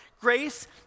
Grace